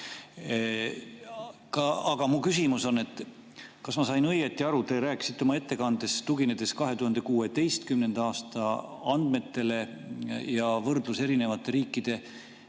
Aga mu küsimus on, kas ma sain õieti aru. Te rääkisite oma ettekandes, tuginedes 2016. aasta andmetele, ja võrdlesite erinevate riikide